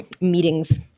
Meetings